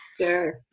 Sure